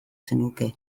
zenuke